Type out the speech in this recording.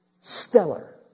stellar